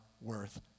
worth